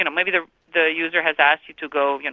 yeah maybe the the user has asked you to go. you know,